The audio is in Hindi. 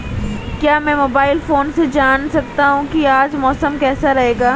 क्या मैं मोबाइल फोन से जान सकता हूँ कि आज मौसम कैसा रहेगा?